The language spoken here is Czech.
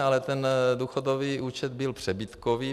Ale ten důchodový účet byl přebytkový.